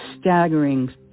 staggering